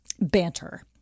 banter